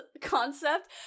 concept